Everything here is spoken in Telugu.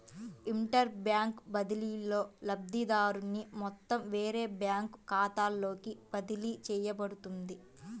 ఇంటర్ బ్యాంక్ బదిలీలో, లబ్ధిదారుని మొత్తం వేరే బ్యాంకు ఖాతాలోకి బదిలీ చేయబడుతుంది